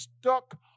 stuck